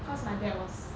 cause my dad was